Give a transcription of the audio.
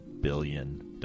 billion